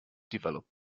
developed